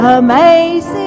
amazing